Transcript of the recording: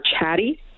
chatty